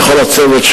לכל הצוות,